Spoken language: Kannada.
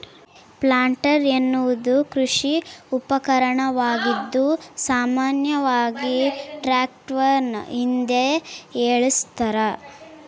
ಪ್ಲಾಂಟರ್ ಎನ್ನುವುದು ಕೃಷಿ ಉಪಕರಣವಾಗಿದ್ದು ಸಾಮಾನ್ಯವಾಗಿ ಟ್ರಾಕ್ಟರ್ನ ಹಿಂದೆ ಏಳಸ್ತರ